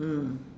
mm